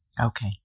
Okay